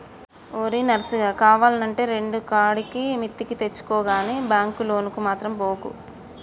ఓరి నర్సిగా, కావాల్నంటే రెండుకాడికి మిత్తికి తెచ్చుకో గని బాంకు లోనుకు మాత్రం బోకు